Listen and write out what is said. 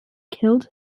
killed